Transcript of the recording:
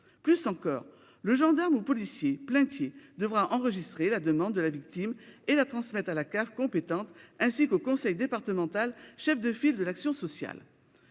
Plus encore, le gendarme ou policier « plaintier » devra enregistrer la demande de la victime et la transmettre à la CAF compétente, ainsi qu'au conseil départemental, chef de file de l'action sociale.